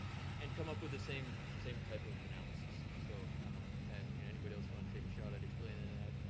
and come up with the same same type of analysis. so anybody else wanna take a shot at explaining that?